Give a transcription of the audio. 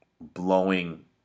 blowing